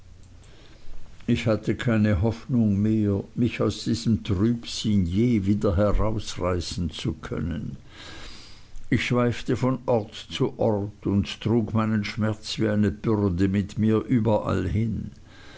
ich hatte keine hoffnung mehr mich aus diesem trübsinn je wieder herausreißen zu können ich schweifte von ort zu ort und trug meinen schmerz wie eine bürde mit mir überall hin